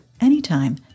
anytime